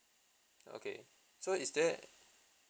okay so is there